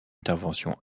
intervention